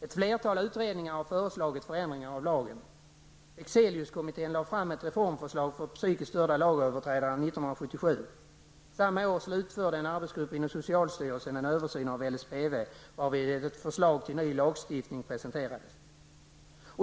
Ett flertal utredningar har föreslagit förändringar av lagen. Bexeliuskommittén lade ett reformförslag för psykiskt störda lagöverträdare 1977. Samma år slutförde en arbetsgrupp inom socialstyrelsen en översyn av LSPV, varvid ett förslag till ny lagstiftning presenterades.